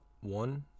One